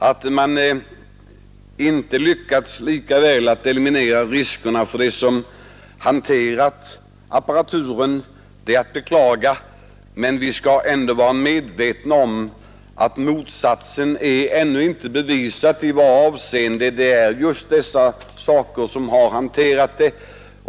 Att man inte lika väl har lyckats eliminera riskerna för dem som hanterar apparaturen är att beklaga. Men vi skall vara medvetna om att det ännu inte är bevisat vad som har orsakat dessa förgiftningar.